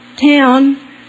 town